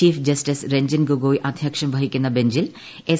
chief justice Ranjan Gogoi അദ്ധ്യക്ഷം വഹിക്കുന്ന ബഞ്ചിൽ എസ്